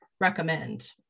recommend